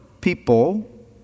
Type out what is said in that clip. people